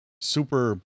super